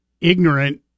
ignorant